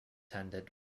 handed